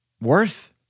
Worth